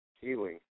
healing